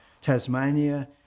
Tasmania